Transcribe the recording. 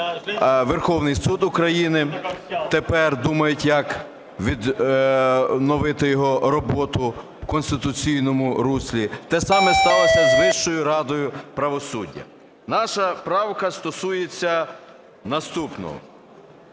Верховний Суд України, тепер думають, як відновити його роботу в конституційному руслі, те саме сталося з Вищою радою правосуддя. Наша правка стосується наступного: